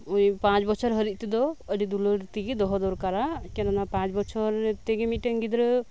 ᱳᱭ ᱯᱟᱸᱪ ᱵᱚᱪᱷᱚᱨ ᱦᱟᱨᱤᱡ ᱛᱮᱫᱚ ᱟᱰᱤ ᱫᱩᱞᱟᱹᱲ ᱛᱮᱜᱮ ᱫᱚᱦᱚ ᱫᱚᱨᱠᱟᱨᱟ ᱮᱠᱮᱱ ᱚᱱᱟ ᱯᱟᱸᱪ ᱵᱚᱪᱷᱚᱨ ᱛᱮᱜᱮ ᱢᱤᱫ ᱴᱮᱱ ᱜᱤᱫᱽᱨᱟᱹ